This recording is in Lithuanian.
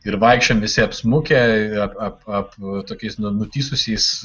ir vaikščiojom visi apsmukę ap ap ap tokiais nu nutįsusiais